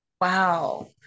wow